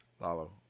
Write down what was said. Lalo